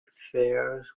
affairs